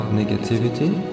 negativity